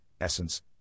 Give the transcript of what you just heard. essence